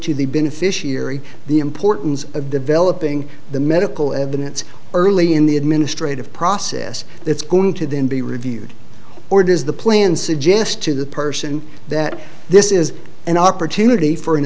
to the beneficiary the importance of developing the medical evidence early in the administrative process that's going to then be reviewed or does the plan suggest to the person that this is an opportunity for an